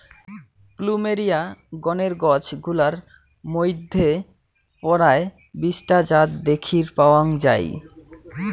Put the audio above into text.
plumeria গণের গছ গুলার মইধ্যে পরায় বিশ টা জাত দ্যাখির পাওয়াং যাই